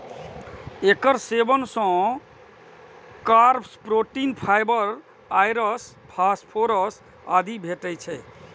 एकर सेवन सं carbs, protein, fibre, आयरस, फास्फोरस आदि भेटै छै